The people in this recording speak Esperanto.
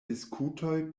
diskutoj